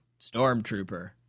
stormtrooper